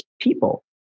people